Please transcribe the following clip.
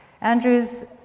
Andrews